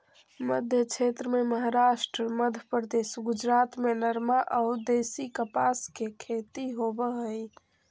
मध्मक्षेत्र में महाराष्ट्र, मध्यप्रदेश, गुजरात में नरमा अउ देशी कपास के खेती होवऽ हई